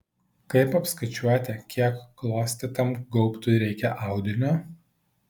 kaip apskaičiuoti kiek klostytam gaubtui reikia audinio